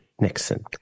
Nixon